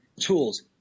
tools